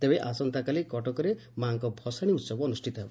ତେବେ ଆସନ୍ତାକାଲି କଟକରେ ମାଙ୍କ ଭସାଶୀ ଉହବ ଅନୁଷିତ ହେବ